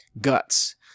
guts